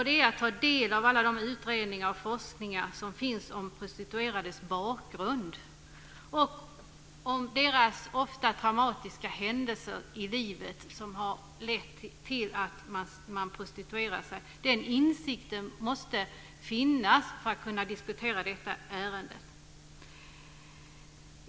Det är att ta del av alla de utredningar och den forskning som finns om prostituerades bakgrund och de ofta traumatiska händelser i livet som har lett till att de prostituerar sig. Den insikten måste finnas för att man ska kunna diskutera detta ärende.